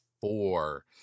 Four